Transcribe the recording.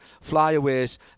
flyaways